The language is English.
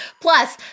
plus